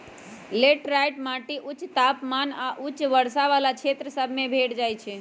laterite माटि उच्च तापमान आऽ उच्च वर्षा वला क्षेत्र सभ में भेंट जाइ छै